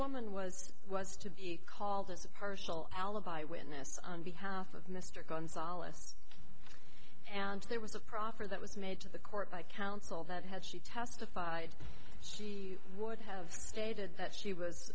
woman was was to be called as a partial alibi witness on behalf of mr gonzales and there was a proffer that was made to the court by counsel that had she testified she would have stated that she was